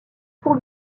pour